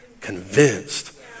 convinced